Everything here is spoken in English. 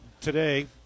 today